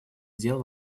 дел